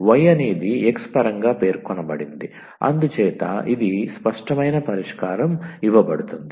y అనేది x పరంగా పేర్కొనబడింది అందుచేత ఇది స్పష్టమైన పరిష్కారం ఇవ్వబడుతుంది